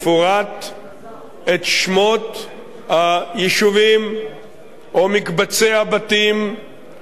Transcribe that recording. את שמות היישובים או מקבצי הבתים שבסופו של דבר